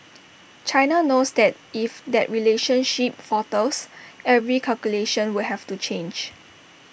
China knows that if that relationship falters every calculation will have to change